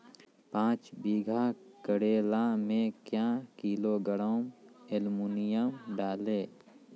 पाँच बीघा करेला मे क्या किलोग्राम एलमुनियम डालें?